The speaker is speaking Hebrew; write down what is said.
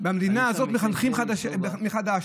במדינה הזאת מחנכים מחדש.